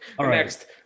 next